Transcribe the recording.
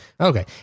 Okay